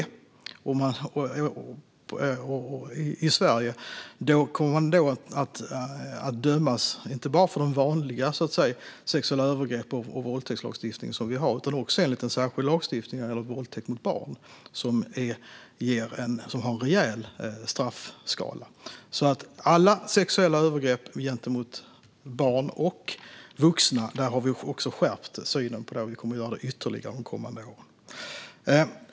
Men om det skulle ske i Sverige kommer man att dömas inte bara utifrån den vanliga lagstiftningen när det gäller sexuella övergrepp och våldtäkt utan också enligt en särskild lagstiftning som gäller våldtäkt mot barn. Den har en rejäl straffskala. Vi har alltså skärpt synen på alla sexuella övergrepp gentemot barn och vuxna. Det kommer vi att göra ytterligare under de kommande åren.